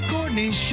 Courtney